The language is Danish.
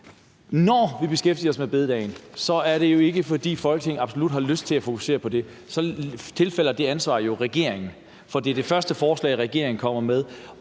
Når vi beskæftiger os med store bededag, er det jo ikke, fordi Folketinget absolut har lyst til at fokusere på det. Det ansvar tilfalder jo regeringen, for det er det første forslag, regeringen kommer med,